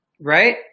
Right